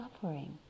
suffering